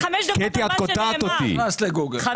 זה חוק משמעותי וחשוב.